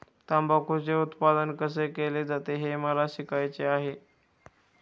तंबाखूचे उत्पादन कसे केले जाते हे मला शिकायचे आहे